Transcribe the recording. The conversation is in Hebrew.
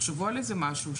תחשבו על איזה משהו.